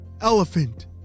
elephant